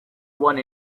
one